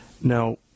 now